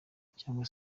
cyangwa